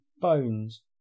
Bones